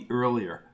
earlier